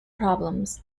problems